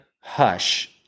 Hush